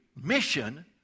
mission